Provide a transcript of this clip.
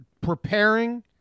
preparing